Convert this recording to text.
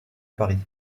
paris